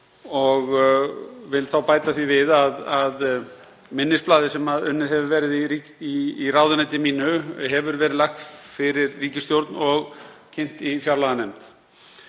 og vil bæta því við að minnisblaðið sem unnið hefur verið í ráðuneyti mínu hefur verið lagt fyrir ríkisstjórn og kynnt í fjárlaganefnd.